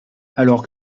alors